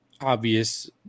obvious